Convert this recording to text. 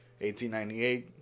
1898